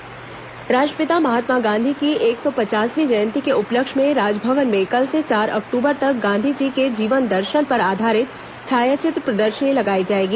गांधी जयंती छायाचित्र प्रदर्शनी राष्ट्रपिता महात्मा गांधी की एक सौ पचासवीं जयंती के उपलक्ष्य में राजभवन में कल से चार अक्टूबर तक गांधी जी के जीवन दर्शन पर आधारित छायाचित्र प्रदर्शनी लगाई जाएगी